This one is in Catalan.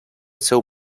seu